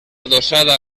adossada